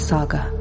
Saga